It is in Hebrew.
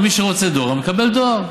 ומי שרוצה דואר, מקבל דואר.